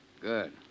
Good